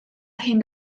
hyn